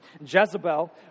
Jezebel